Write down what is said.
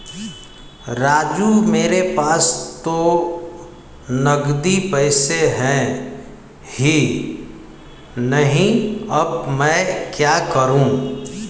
राजू मेरे पास तो नगदी पैसे है ही नहीं अब मैं क्या करूं